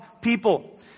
people